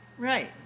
Right